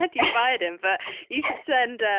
like you fired him. but you should send,